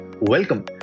welcome